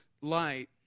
light